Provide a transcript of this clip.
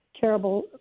terrible